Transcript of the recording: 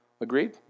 Agreed